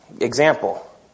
Example